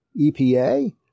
EPA